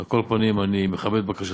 על כל פנים, אני מכבד את בקשתך,